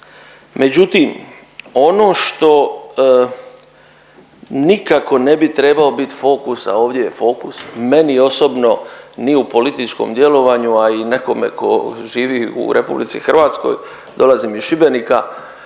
Međutim ono što nikako ne bi trebao bit fokus, a ovdje je fokus, meni osobno ni u političkom djelovanju, a i nekome tko živi u RH, dolazim iz Šibenika,